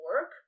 work